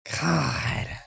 God